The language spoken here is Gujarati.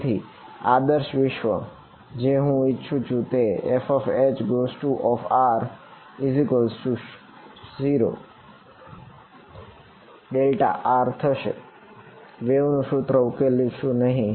તેથી આદર્શ વિશ્વ જે હું ઈચ્છું છું તે FHr0∀r છે આ વેવ ના સૂત્ર નો ઉકેલ શક્ય નથી